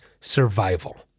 survival